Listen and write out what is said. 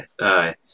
aye